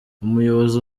umuyobozi